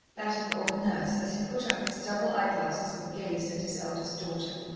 that of old nurse as he put up his double eye-glasses and gazed at his eldest daughter.